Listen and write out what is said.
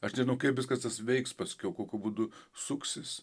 aš nežinau kaip viskas tas veiks paskiau kokiu būdu suksis